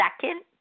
second